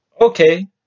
Okay